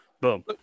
Boom